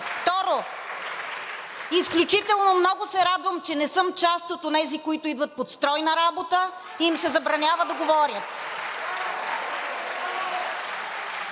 Второ, изключително много се радвам, че не съм част от онези, които идват под строй на работа, и им се забранява да говорят.